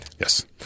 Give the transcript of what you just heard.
Yes